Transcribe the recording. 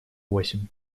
восемь